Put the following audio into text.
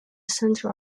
center